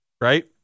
right